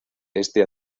éste